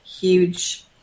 huge